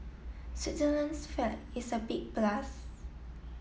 Switzerland's flag is a big plus